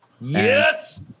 Yes